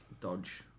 Dodge